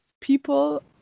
people